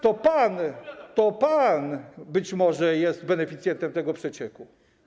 To pan być może jest beneficjentem tego przecieku.